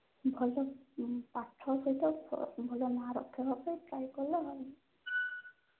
ଭଲ ପାଠ ସହିତ ଭଲ ନାଁ ରଖିବା ପାଇଁ ଟ୍ରାଏ କଲେ ଭଲ